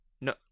no